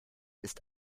ist